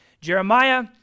Jeremiah